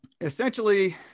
essentially